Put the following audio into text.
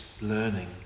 learning